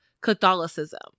Catholicism